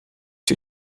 für